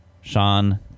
Sean